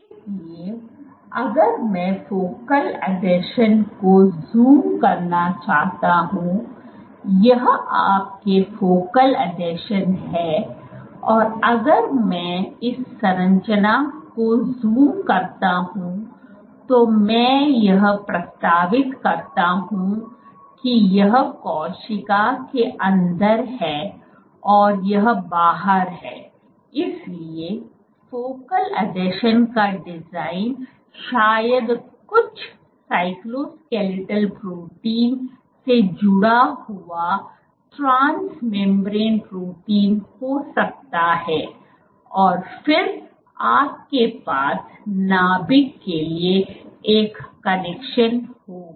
इसलिए अगर मैं फोकल आसंजन को ज़ूम करना चाहता हूं यह आपके फोकल आसंजनों है और अगर मैं इस संरचना को ज़ूम करता हूं तो मैं यह प्रस्तावित करता हूं की यह कोशिका के अंदर है और यह बाहर है इसलिए फोकल आसंजन का डिज़ाइन शायद कुछ साइटोस्केलेटल प्रोटीन से जुड़ा हुआ ट्रांसमीमब्रन प्रोटीन हो सकता है और फिर आपके पास नाभिक के लिए एक कनेक्शन होगा